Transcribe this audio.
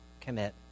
commit